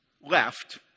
left